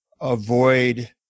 avoid